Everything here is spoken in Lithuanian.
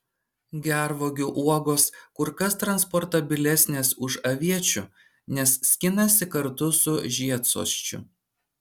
gervuogių uogos kur kas transportabilesnės už aviečių nes skinasi kartu su žiedsosčiu